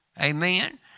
Amen